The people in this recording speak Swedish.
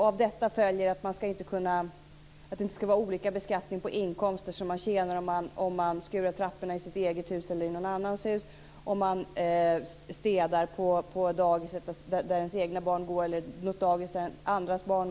Av detta följer att det inte skall vara olika beskattning på inkomster som man tjänar om man skurar trapporna i sitt eget hus eller i någon annans hus, om man städar på det dagis där ens egna barn går eller något annat dagis etc.